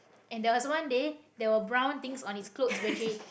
and there was one day there were brown things on his clothes which he